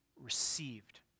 received